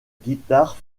guitare